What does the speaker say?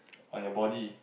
on your body